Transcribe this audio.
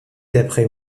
d’après